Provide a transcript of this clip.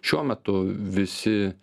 šiuo metu visi